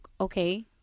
Okay